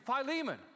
Philemon